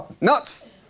nuts